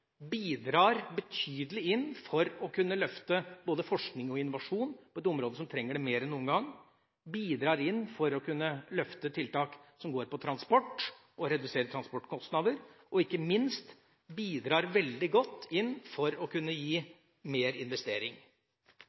bidrar betydelig til å kunne løfte både forskning og innovasjon på et område som trenger det mer enn noen gang, den bidrar til å kunne løfte tiltak som gjelder transport og reduserte transportkostnader, og ikke minst bidrar den veldig godt til å kunne gi mer investering.